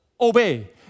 obey